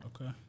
Okay